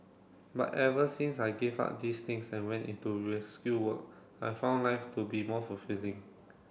but ever since I gave up these things and went into rescue work I've found life to be more fulfilling